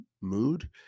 mood